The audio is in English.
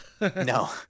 no